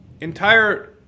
entire